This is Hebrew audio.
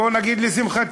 או בואו נגיד לשמחתי,